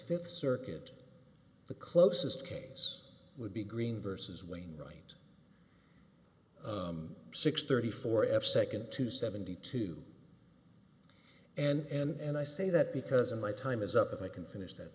fifth circuit the closest case would be green versus wainwright six thirty four f second to seventy two and i say that because of my time is up if i can finish that